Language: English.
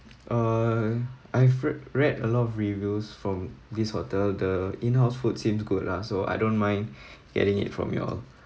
uh I've rea~ read a lot of reviews from this hotel the in-house foods seem good lah so I don't mind getting it from you all